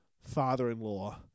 father-in-law